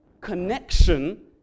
connection